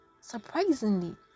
surprisingly